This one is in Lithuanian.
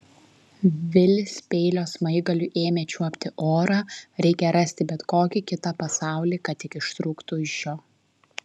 vilis peilio smaigaliu ėmė čiuopti orą reikia rasti bet kokį kitą pasaulį kad tik ištrūktų iš šio